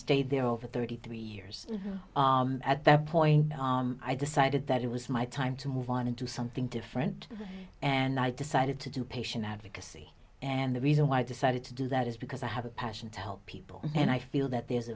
stayed there over thirty three years at that point i decided that it was my time to move on into something different and i decided to do patient advocacy and the reason why i decided to do that is because i have a passion to help people and i feel that there